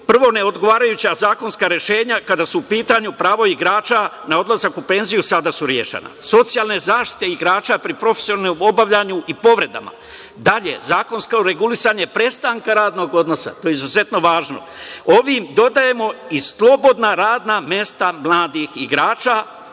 prvo, neodgovarajuća zakonska rešenja kada su u pitanju pravo igrača na odlazak u penziju sada su rešena, socijalne zaštite igrača pri profesionalnom obavljanju i povredama, dalje, zakonsko regulisanje prestanka radnog odnosa, to je izuzetno važno. Ovom dodajemo i slobodna radna mesta mladih igrača